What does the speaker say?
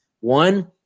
one